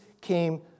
came